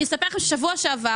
שבוע שעבר